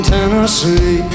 Tennessee